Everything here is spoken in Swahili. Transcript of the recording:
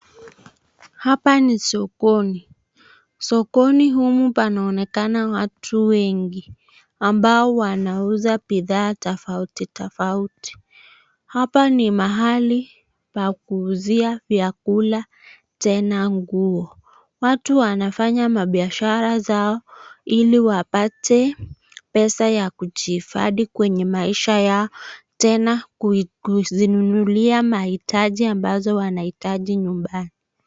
Hapa nisokoni, sokoni humu panaonekana watu wengi ambao wanauza bidhaa tofauti tofauti, hapa ni mahali pa kuuzia vyakula tena nguo ,watu wanafanya mabiashara zao ili wapate pesa ya kujihifadhi kwenye maisha yao tena kuzinunulia mahatitaji wanayohitaji nyumbani.